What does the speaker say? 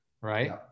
right